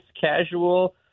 casual